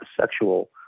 sexual